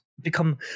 become